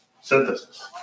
synthesis